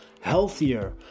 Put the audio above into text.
healthier